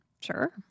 Sure